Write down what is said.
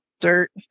dirt